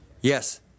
Yes